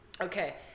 Okay